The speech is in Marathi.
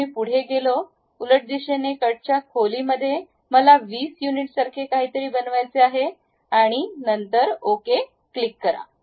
तर मी पुढे गेलो उलट दिशेने कटच्या खोली मध्ये मला 20 युनिट्ससारखे काहीतरी बनवायचे आहे आणि नंतर ओके क्लिक करा